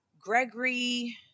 Gregory